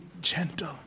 gentle